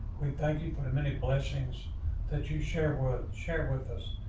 we thank you for the many blessings that you share with share with us.